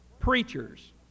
Preachers